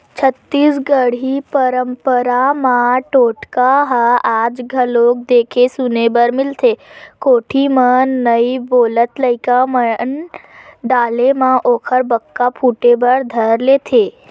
छत्तीसगढ़ी पंरपरा म टोटका ह आज घलोक देखे सुने बर मिलथे कोठी म नइ बोलत लइका ल डाले म ओखर बक्का फूटे बर धर लेथे